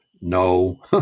No